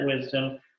wisdom